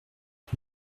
que